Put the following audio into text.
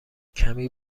کمی